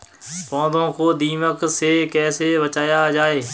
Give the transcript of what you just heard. पौधों को दीमक से कैसे बचाया जाय?